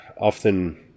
often